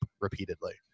repeatedly